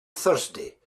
thursday